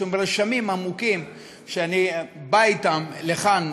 רשמים עמוקים שאני בא אתם לכאן,